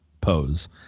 pose